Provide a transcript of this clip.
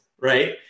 right